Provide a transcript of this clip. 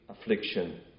affliction